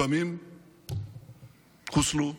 לפעמים חוסלו.